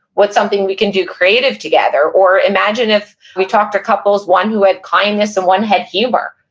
what's something we can do creative together? or imagine if we talked to couples, one who had kindness, and one had humor.